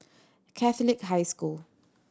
Catholic High School